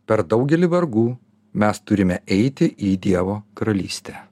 per daugelį vargų mes turime eiti į dievo karalystę